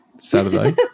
Saturday